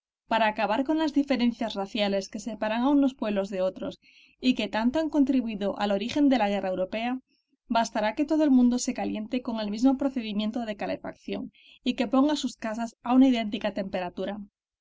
para acabar con las diferencias raciales que separan a unos pueblos de otros y que tanto han contribuido al origen de la guerra europea bastará que todo el mundo se caliente con el mismo procedimiento de calefacción y que ponga sus casas a una idéntica temperatura